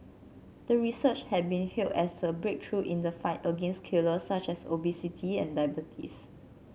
the research had been hailed as a breakthrough in the fight against killers such as obesity and diabetes